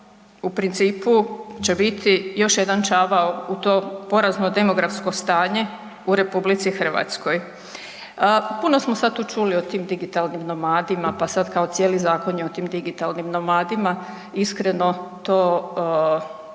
u principu će biti još jedan čavao u to porazno demografsko stanje u RH. Puno smo sada tu čuli o tim digitalnim nomadima pa sad kao cijeli zakon je o tim digitalnim nomadima, iskreno to